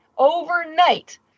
overnight